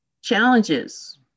challenges